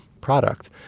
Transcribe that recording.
product